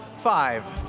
five.